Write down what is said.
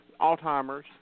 Alzheimer's